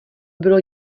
bylo